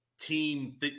team